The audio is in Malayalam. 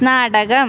നാടകം